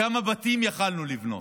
כמה בתים יכולנו לבנות,